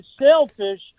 sailfish